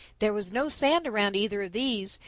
there was no sand around either of these,